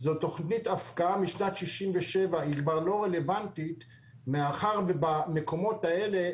זו תכנית הפקעה משנת 67'. היא כבר לא רלוונטית מאחר ובמקומות האלה,